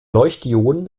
leuchtdioden